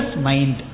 mind